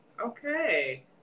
Okay